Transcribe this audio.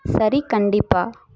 சரி கண்டிப்பா